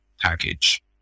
package